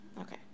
Okay